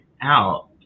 out